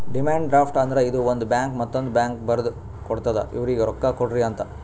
demand draft ಅಂದ್ರ ಇದು ಒಂದು ಬ್ಯಾಂಕ್ ಮತ್ತೊಂದ್ ಬ್ಯಾಂಕ್ಗ ಬರ್ದು ಕೊಡ್ತಾದ್ ಇವ್ರಿಗ್ ರೊಕ್ಕಾ ಕೊಡ್ರಿ ಅಂತ್